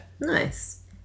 nice